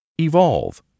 evolve